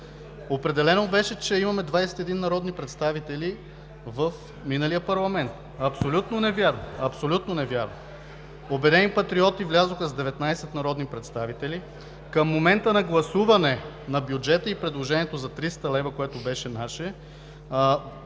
определено беше, че имаме 21 народни представители в миналия парламент. Абсолютно невярно! Абсолютно невярно! „Обединени патриоти“ влязоха с 19 народни представители. Към момента на гласуване на бюджета и предложението за 300 лв., което беше наше,